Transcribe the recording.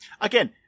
again